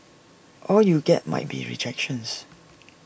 all you get might be rejections